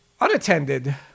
unattended